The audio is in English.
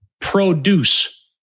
Produce